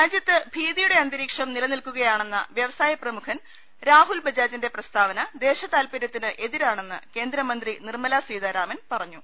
രാജ്യത്ത് ഭീതിയുടെ അന്തരീഷം നിലനിൽക്കുകയാണെന്ന വ്യവസായ പ്രമുഖൻ അരാഹൂൽ ബജാജിന്റെ പ്രസ്താവന ദേശതാൽപര്യത്തിന് എതിരാണെന്ന് കേന്ദ്രമന്ത്രി നിർമ്മലാ സീതാ രാമൻ പറഞ്ഞു